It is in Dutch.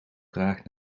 graag